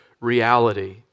reality